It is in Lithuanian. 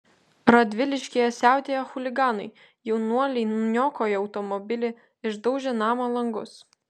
radviliškyje siautėjo chuliganai jaunuoliai niokojo automobilį išdaužė namo langus